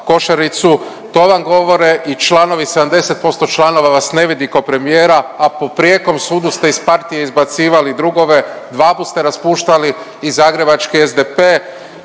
košaricu. To vam govore i članovi, 70% članova vas ne vidi kao premijera, a po prijekom sudu ste iz partije izbacivali drugove, dvaput ste raspuštali i zagrebački SDP,